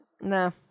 no